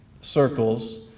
circles